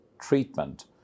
treatment